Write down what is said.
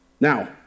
Now